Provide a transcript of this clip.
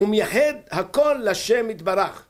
ומייחד הכל לשם יתברך